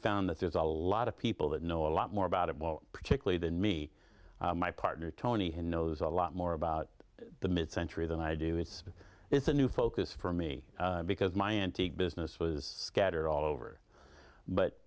found that there's a lot of people that know a lot more about it well particularly than me my partner tony knows a lot more about the mid century than i do it's it's a new focus for me because my antique business was scattered all over but